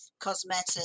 cosmetic